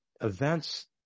events